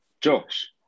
Josh